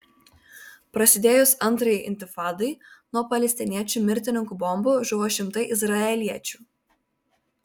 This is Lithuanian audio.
prasidėjus antrajai intifadai nuo palestiniečių mirtininkų bombų žuvo šimtai izraeliečių